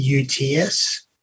UTS